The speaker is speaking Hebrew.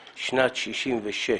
66'